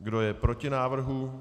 Kdo je proti návrhu?